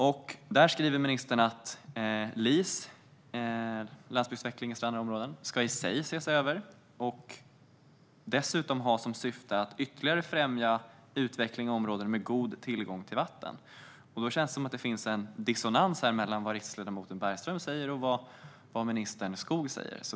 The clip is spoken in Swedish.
I sitt svar skriver ministern att LIS, landsbygdsutveckling i strandnära områden, i sig ska ses över och dessutom ha som syfte att främja utveckling i områden med god tillgång till vatten. Det känns som om det finns en dissonans mellan vad riksdagsledamoten Bergström säger och vad ministern Skog säger.